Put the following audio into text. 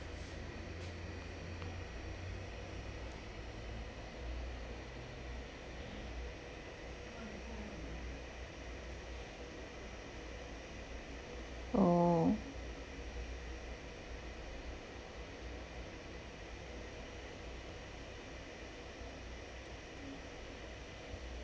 oh